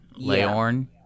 Leorn